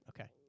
Okay